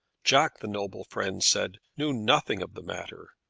jack, the noble friend said, knew nothing of the matter,